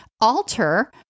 alter